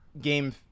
game